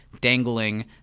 dangling